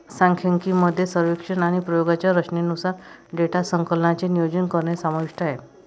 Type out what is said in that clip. सांख्यिकी मध्ये सर्वेक्षण आणि प्रयोगांच्या रचनेनुसार डेटा संकलनाचे नियोजन करणे समाविष्ट आहे